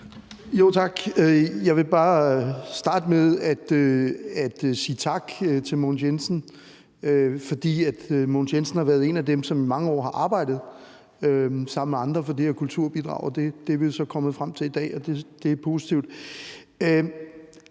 Tak. Jeg vil bare starte med at sige tak til Mogens Jensen, fordi Mogens Jensen har været en af dem, som i mange år har arbejdet, sammen med andre, for det her kulturbidrag, og det er vi jo så kommet frem til i dag, og det er positivt.